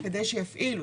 ברור.